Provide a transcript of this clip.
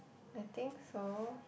I think so